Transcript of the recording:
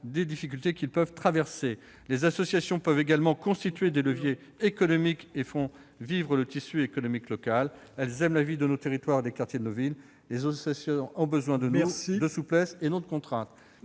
Il faut conclure, mon cher collègue. Les associations peuvent également constituer des leviers économiques et font vivre le tissu économique local. Elles animent la vie de nos territoires et des quartiers de nos villes. Veuillez conclure ! Les associations ont besoin de souplesse, et non de contraintes